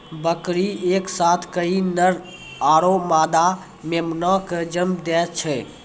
बकरी एक साथ कई नर आरो मादा मेमना कॅ जन्म दै छै